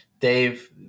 Dave